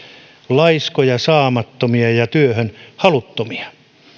laiskoja saamattomia ja työhön haluttomia